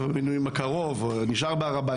המינויים הקרוב ואם הוא נשאר בהר הבית